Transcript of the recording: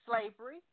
slavery